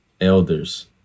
elders